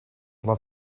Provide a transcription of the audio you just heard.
love